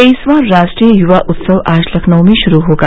तेईसवां राष्ट्रीय युवा उत्सव आज लखनऊ में युरू होगा